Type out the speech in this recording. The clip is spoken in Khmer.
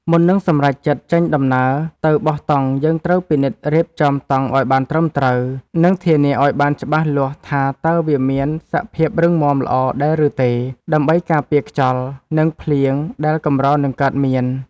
មុននឹងសម្រេចចិត្តចេញដំណើរទៅបោះតង់យើងត្រូវពិនិត្យរៀបចំតង់ឱ្យបានត្រឹមត្រូវ និង ធានាឱ្យបានច្បាស់លាស់ថាតើវាមានសភាពរឹងមាំល្អដែរឬទេដើម្បីការពារខ្យល់ និង ភ្លៀងដែលកម្រនឹងកើតមាន។